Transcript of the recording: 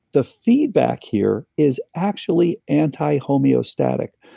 the feedback here is actually antihomeostatic,